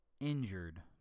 injured